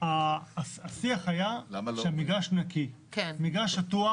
השיח היה של מגרש שטוח,